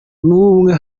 n’ubumwe